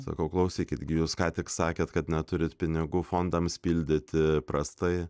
sakau klausykit gi jūs ką tik sakėt kad neturit pinigų fondams pildyti prastai